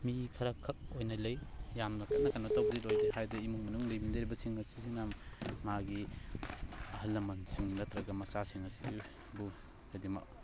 ꯃꯤ ꯈꯔꯈꯛ ꯑꯣꯏꯅ ꯂꯩ ꯌꯥꯝꯅ ꯀꯟꯅ ꯀꯩꯅꯣ ꯇꯧꯕꯗꯤ ꯑꯣꯏꯗꯦ ꯍꯥꯏꯗꯤ ꯏꯃꯨꯡ ꯃꯅꯨꯡ ꯂꯩꯃꯤꯟꯅꯔꯤꯕꯁꯤꯡ ꯑꯁꯤꯁꯤꯅ ꯃꯥꯒꯤ ꯑꯍꯜ ꯂꯃꯟꯁꯤꯡ ꯅꯠꯇ꯭ꯔꯒ ꯃꯆꯥꯁꯤꯡ ꯑꯁꯤꯕꯨ ꯍꯥꯏꯗꯤ